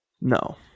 no